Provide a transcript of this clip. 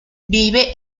vive